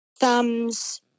thumbs